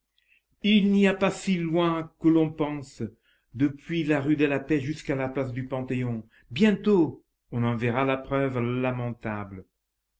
il n'y a pas si loin qu'on le pense depuis la rue de la paix jusqu'à la place du panthéon bientôt on en verra la preuve lamentable